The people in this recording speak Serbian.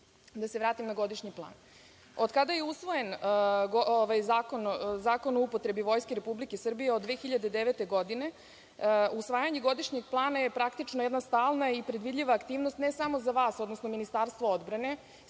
se vratim na godišnji plan. Od kada je usvojen Zakon o upotrebi Vojske Republike Srbije od 2009. godine, usvajanje godišnjeg plana je praktično jedna stalna i predvidljiva aktivnost ne samo za vas, odnosno Ministarstvo odbrane.